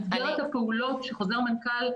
במסגרת הפעולות של חוזר מנכ"ל,